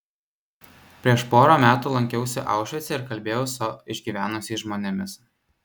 prieš porą metų lankiausi aušvice ir kalbėjau su išgyvenusiais žmonėmis